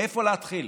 מאיפה להתחיל?